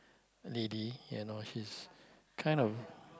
lady you know she's kind of